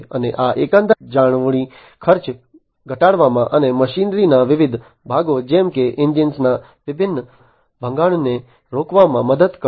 અને આ એકંદર જાળવણી ખર્ચ ઘટાડવામાં અને મશીનરીના વિવિધ ભાગો જેમ કે એન્જિનના વિભિન્ન ભંગાણને રોકવામાં મદદ કરશે